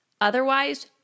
Otherwise